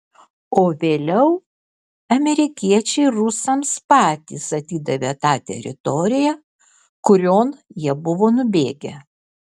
o vėliau amerikiečiai rusams patys atidavė tą teritoriją kurion jie buvo nubėgę